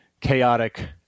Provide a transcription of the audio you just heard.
chaotic